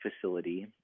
facility